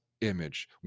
image